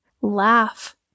Laugh